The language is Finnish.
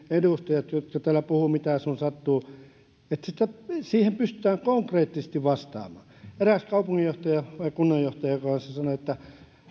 edustajat jotka täällä puhuvat mitä sun sattuu konkreettisesti vastaamaan eräs kaupunginjohtaja vai kunnanjohtaja sanoi että